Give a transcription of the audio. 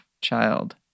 child